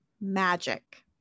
magic